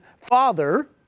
Father